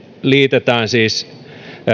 liitetään siis